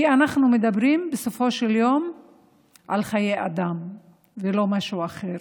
כי אנחנו מדברים בסופו של יום על חיי אדם ולא על משהו אחר.